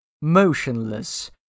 motionless